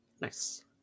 Nice